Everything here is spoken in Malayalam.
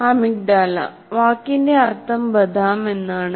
അമിഗ്ഡാല വാക്കിന്റെ അർഥം ബദാം ആണ്